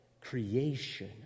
creation